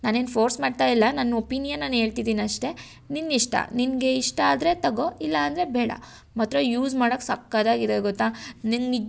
ನಾನೇನು ಫೋರ್ಸ್ ಮಾಡ್ತಾ ಇಲ್ಲ ನನ್ನ ಒಪೀನಿಯನ್ ನಾನು ಹೇಳ್ತಿದಿನಷ್ಟೇ ನಿನ್ನಿಷ್ಟ ನಿನಗೆ ಇಷ್ಟ ಆದರೆ ತಗೋ ಇಲ್ಲಾಂದರೆ ಬೇಡ ಮಾತ್ರ ಯೂಸ್ ಮಾಡಕೆ ಸಕ್ಕತ್ತಾಗಿದೆ ಗೊತ್ತಾ ನೀನು